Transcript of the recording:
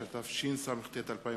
לאחר מכן נעבור להצעות